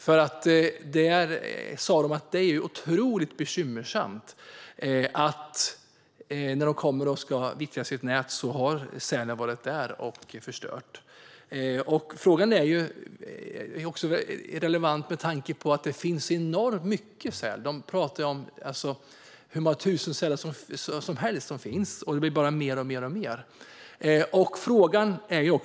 Fiskarna jag träffade i Karlskrona sa att det är otroligt bekymmersamt att sälar har varit där och förstört när de kommer och ska vittja sina nät. Frågan är relevant också med tanke på att det finns enormt mycket säl. Man talar om hur många tusen sälar som helst, och de blir bara fler.